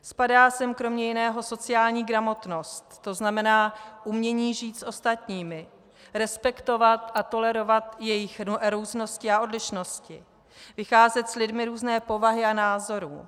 Spadá sem kromě jiného sociální gramotnost, to znamená umění žít s ostatními, respektovat a tolerovat jejich různosti a odlišnosti, vycházet s lidmi různé povahy a názorů.